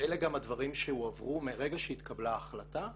אלה גם הדברים שהועברו מרגע שהתקבלה ההחלטה.